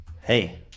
Hey